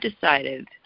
decided